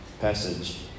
passage